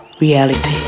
reality